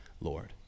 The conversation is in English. Lord